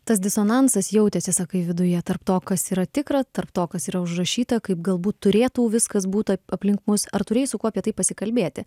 tas disonansas jautėsi sakai viduje tarp to kas yra tikra tarp to kas yra užrašyta kaip galbūt turėtų viskas būt aplink mus ar turėjai su kuo apie tai pasikalbėti